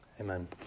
Amen